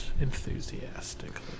enthusiastically